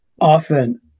often